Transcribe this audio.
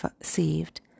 received